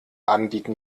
anbieten